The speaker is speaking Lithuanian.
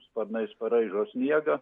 sparnais paraižo sniegą